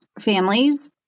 families